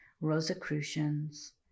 Rosicrucians